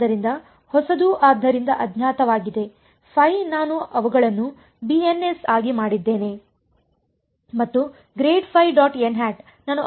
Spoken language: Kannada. ಆದ್ದರಿಂದ ಹೊಸದು ಆದ್ದರಿಂದ ಅಜ್ಞಾತವಾಗಿದೆ ನಾನು ಅವುಗಳನ್ನು bns ಆಗಿ ಮಾಡಿದ್ದೇನೆ ಮತ್ತು ನಾನು ಅವುಗಳನ್ನು ansಆಗಿ ಮಾಡಿದೆ